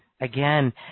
Again